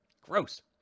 Gross